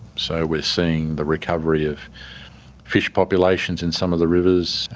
so we're seeing the recovery of fish populations in some of the rivers,